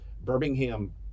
Birmingham